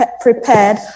prepared